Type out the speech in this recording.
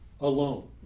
alone